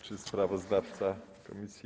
Czy sprawozdawca komisji.